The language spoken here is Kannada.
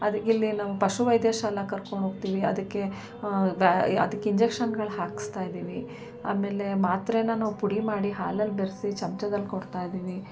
ಅದು ಇಲ್ಲೇ ನಾವು ಪಶುವೈದ್ಯ ಶಾಲಾ ಕರ್ಕೊಂಡು ಹೋಗ್ತೀವಿ ಅದಕ್ಕೆ ಅದಕ್ಕೆ ಇಂಜೆಕ್ಷನ್ನುಗಳು ಹಾಕಿಸ್ತಾ ಇದೀವಿ ಆಮೇಲೆ ಮಾತ್ರೆ ನಾವು ಪುಡಿ ಮಾಡಿ ಹಾಲಲ್ಲಿ ಬೆರೆಸಿ ಚಮ್ಚದಲ್ಲಿ ಕೊಡ್ತಾ ಇದೀವಿ